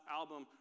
album